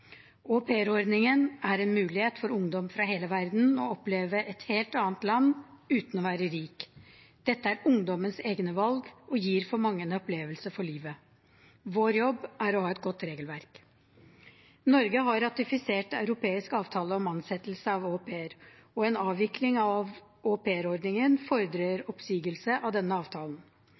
er en mulighet for ungdom fra hele verden til å oppleve et helt annet land, uten å være rike. Dette er ungdommens egne valg og gir for mange en opplevelse for livet. Vår jobb er å ha et godt regelverk. Norge har ratifisert europeisk avtale om ansettelse av au pair, og en avvikling av aupairordningen fordrer oppsigelse av denne avtalen.